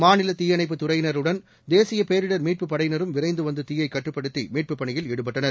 மாநில தீயணைப்பு துறையினருடன் தேசிய பேரிடர் மீட்பு படையினரும் விரைந்து வந்து தீயைக் கட்டுப்படுத்தி மீட்பு பணியில் ஈடுபட்டனர்